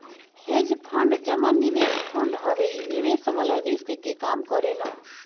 hedge fund जमा निवेश fund हवे इ निवेश वाला रिस्क के कम करेला